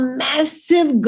massive